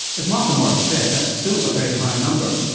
as martha morris said, that's still a very high number,